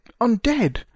undead